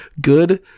good